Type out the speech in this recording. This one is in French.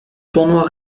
tournoi